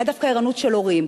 היה דווקא ערנות של הורים.